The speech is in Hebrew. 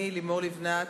אני, לימור לבנת,